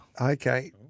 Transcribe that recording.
Okay